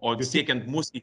o vis siekiant mus į